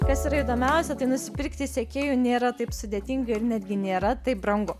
kas yra įdomiausia tai nusipirkti sekėjų nėra taip sudėtinga ir netgi nėra taip brangu